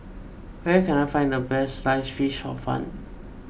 where can I find the best Sliced Fish Hor Fun